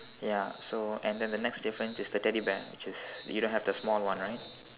ya so and then the next difference is the teddy bear which is you don't have the small one right